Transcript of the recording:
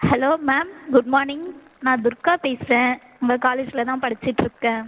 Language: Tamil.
ஹலோ மேம் குட் மார்னிங் நான் துர்கா பேசுகிறேன் உங்கள் காலேஜில் தான் படிச்சிட்டு இருக்கேன்